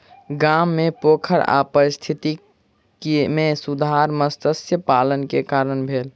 गाम मे पोखैर आ पारिस्थितिकी मे सुधार मत्स्य पालन के कारण भेल